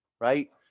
right